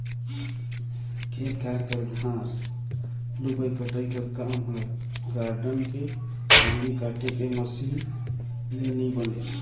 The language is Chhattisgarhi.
खेत खाएर कर घांस लुबई कटई कर काम हर गारडन के कांदी काटे के मसीन ले नी बने